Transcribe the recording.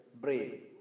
brave